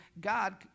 God